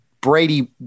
Brady